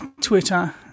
Twitter